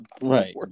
Right